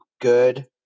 good